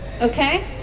Okay